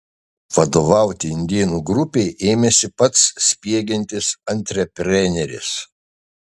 vadovauti indėnų grupei ėmėsi pats spiegiantis antrepreneris